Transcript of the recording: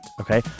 okay